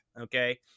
Okay